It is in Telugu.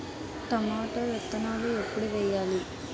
టొమాటో విత్తనాలు ఎప్పుడు వెయ్యాలి?